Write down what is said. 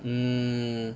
mm